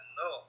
no